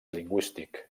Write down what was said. lingüístic